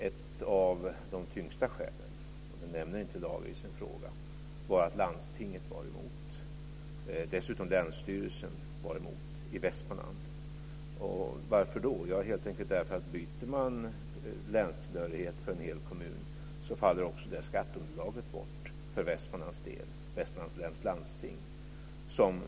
Ett av de tyngsta skälen - det nämner inte Lager i sin fråga - var att landstinget var emot. Dessutom var Länsstyrelsen i Västmanland emot. Varför då? Jo, helt enkelt för att om en hel kommun byter länstillhörighet faller också skatteunderlaget bort - i det här fallet för Västmanlands läns landsting.